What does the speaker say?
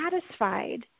satisfied